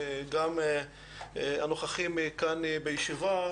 גם הנוכחים כאן בישיבה,